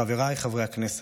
חבריי חברי הכנסת,